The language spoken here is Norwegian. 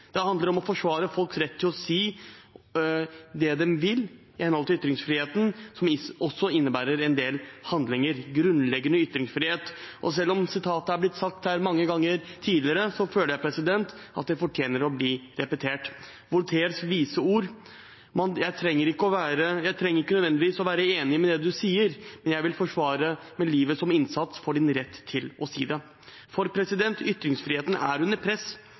Den handler om å forsvare folks rett til å si det de vil, i henhold til ytringsfriheten, som også innebærer en del handlinger – grunnleggende ytringsfrihet. Og selv om det følgende, Voltaires vise ord, er blitt sitert her mange ganger tidligere, føler jeg at det fortjener å bli repetert: Jeg trenger ikke nødvendigvis å være enig i det du sier, men jeg vil med livet som innsats forsvare din rett til å si det. Ytringsfriheten er under press